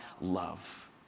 love